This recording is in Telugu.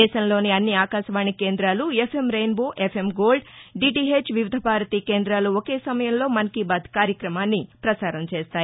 దేశంలోని అన్ని ఆకాశవాణి కేందాలు FM rainbow FM gold DTH Vividh Bharati కేందాలు ఒకే సమయంలో మన్ కీ బాత్ కార్యక్రమాన్ని పసారం చేస్తాయి